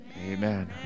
Amen